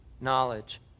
knowledge